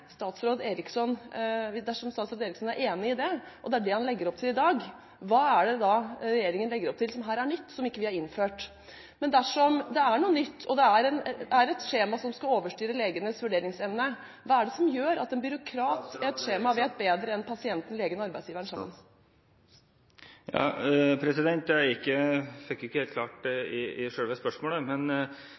han legger opp til i dag, hva er det da regjeringen legger opp til som er nytt, og som vi ikke innførte? Men dersom … Taletiden er omme. … det er noe nytt, og det er et skjema som skal overstyre legenes vurderingsevne, hva er det som gjør at en byråkrat … Statsråd Eriksson, vær så god. … med et skjema vet bedre enn pasienten, legen og arbeidsgiveren sammen? Jeg fikk ikke selve spørsmålet helt klart, men for å si det slik: Å innføre beslutningsverktøy og et hjelpeverktøy for leger i